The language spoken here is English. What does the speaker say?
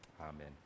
Amen